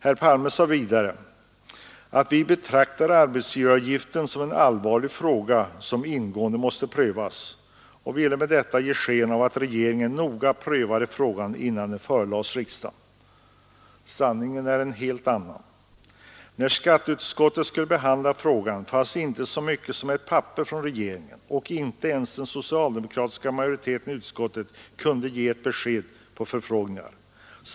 Herr Palme sade vidare att ”vi betraktar arbetsgivaravgiften som en allvarlig fråga som ingående måste prövas” och ville med detta ge sken av att regeringen noga prövade frågan innan den förelades riksdagen. Sanningen är en helt annan. När skatteutskottet skulle behandla frågan fanns inte så mycket som ett papper från regeringen, och inte ens den socialdemokratiska majoriteten i utskottet kunde ge ett besked på förfrågningar.